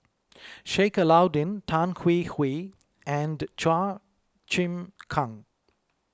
Sheik Alauddin Tan Hwee Hwee and Chua Chim Kang